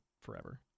forever